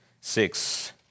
six